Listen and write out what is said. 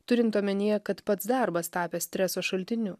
turint omenyje kad pats darbas tapęs streso šaltiniu